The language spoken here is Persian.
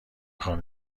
خوام